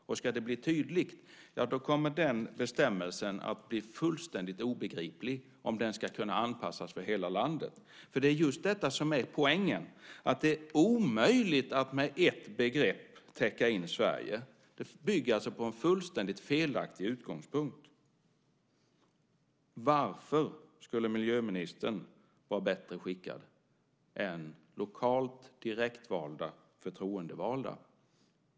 Om det ska bli tydligt så kommer den bestämmelsen att bli fullständigt obegriplig om den ska kunna anpassas för hela landet. Det är just detta som är poängen. Det är omöjligt att med ett begrepp täcka in Sverige. Detta bygger alltså på en fullständigt felaktig utgångspunkt. Varför skulle miljöministern vara bättre skickad än lokalt direktvalda förtroendevalda?